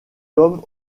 homme